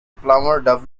plummer